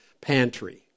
pantry